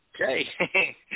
Okay